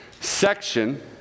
section